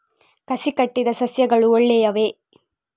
ಕಸಿ ಕಟ್ಟಿದ ಸಸ್ಯಗಳು ಒಳ್ಳೆಯವೇ?